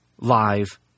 live